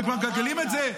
ומגלגלים את זה.